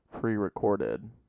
pre-recorded